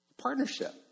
Partnership